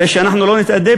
שהרי אנחנו לא נתאדה,